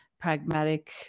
pragmatic